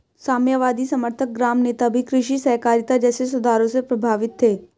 साम्यवादी समर्थक ग्राम नेता भी कृषि सहकारिता जैसे सुधारों से प्रभावित थे